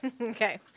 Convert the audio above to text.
Okay